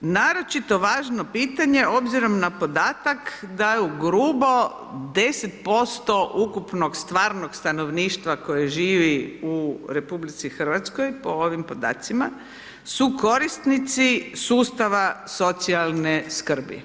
Naročito važno pitanje obzirom na podatak da ugrubo 10% ukupnog stvarnog stanovništva koje živo u RH po ovim podacima su korisnici sustava socijalne skrbi.